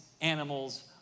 animals